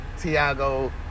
Tiago